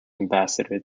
ambassador